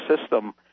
system